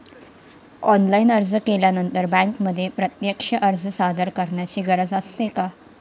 Online अर्ज केल्यानंतर बँकेमध्ये प्रत्यक्ष अर्ज सादर करायची गरज असते का?